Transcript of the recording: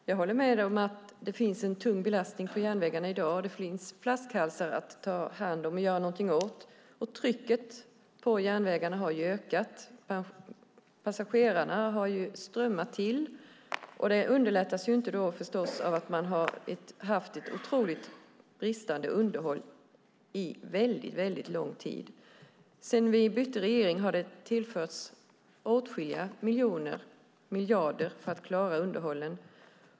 Herr talman! Jag håller med om att järnvägarna är tungt belastade i dag. Det finns flaskhalsar att ta hand om. Trycket på järnvägarna har ökat. Passagerarna har strömmat till. Det underlättas inte av att man har haft ett otroligt bristande underhåll under lång tid. Sedan vi bytte regering har det tillförts åtskilliga miljarder för att klara underhållet.